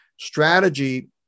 Strategy